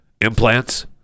implants